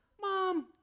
mom